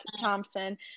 Thompson